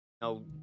no